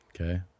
Okay